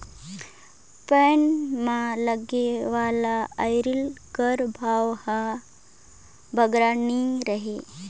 पैना मे लगे वाला अरई कर भाव हर बगरा नी रहें